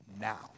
now